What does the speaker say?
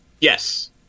Yes